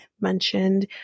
mentioned